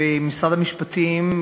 ומשרד המשפטים,